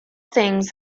things